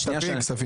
כספים.